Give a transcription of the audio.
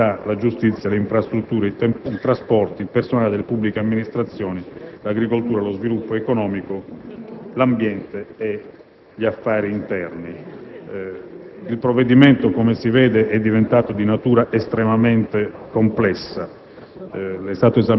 l'università, la giustizia, le infrastrutture, i trasporti, il personale delle pubbliche amministrazioni, l'agricoltura, lo sviluppo economico, l'ambiente e gli affari interni. Il provvedimento, come si vede, è dunque diventato di natura estremamente complessa.